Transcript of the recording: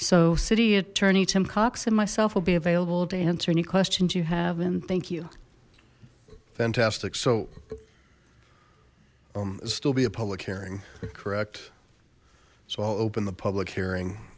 so city attorney tim cox and myself will be available to answer any questions you have and thank you fantastic so um still be a public hearing correct so i'll open the public hearing